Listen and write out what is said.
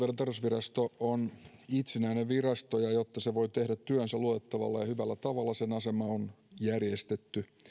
tarkastusvirasto on itsenäinen virasto ja jotta se voi tehdä työnsä luotettavalla ja hyvällä tavalla sen asema on järjestetty